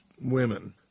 women